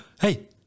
Hey